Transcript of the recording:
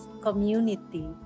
community